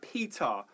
Peter